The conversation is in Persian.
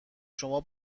شما